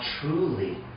truly